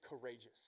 courageous